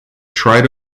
tried